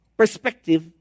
perspective